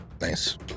Nice